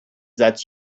that